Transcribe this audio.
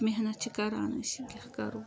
محنت چھِ کَران أسۍ وۄنۍ کیاہ کَرو